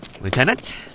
Lieutenant